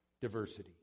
diversity